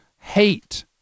hate